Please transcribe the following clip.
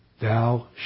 Thou